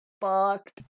fucked